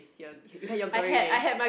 you're you had your glory days